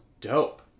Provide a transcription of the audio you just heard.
dope